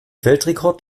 weltrekord